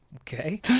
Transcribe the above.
Okay